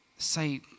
say